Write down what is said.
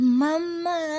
mama